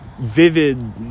vivid